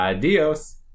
Adios